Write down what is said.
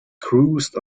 cruised